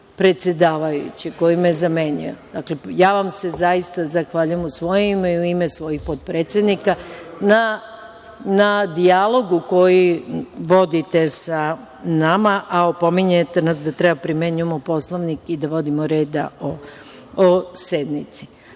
predsedavajućeg koji me zamenjuje. Dakle, ja vam se zaista zahvaljujem u svoje ime i u ime svojih potpredsednika na dijalogu koji vodite sa nama, a opominjete nas da treba da primenjujemo Poslovnik i da vodimo red o sednici. Reč